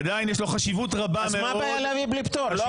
עדיין יש לו חשיבות רבה מאוד --- אז מה הבעיה להביא בלי פטור?